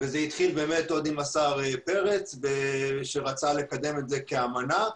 וזה התחיל עוד עם השר פרץ, שרצה לקדם את זה כאמנה.